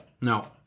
No